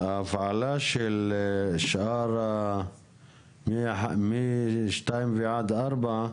ההפעלה של שאר התחנות מ-2 עד 4,